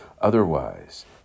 Otherwise